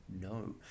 No